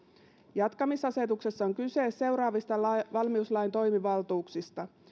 jatkamisasetuksessa on kyse seuraavista valmiuslain toimivaltuuksista